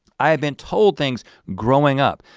i had been told things growing up